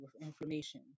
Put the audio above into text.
information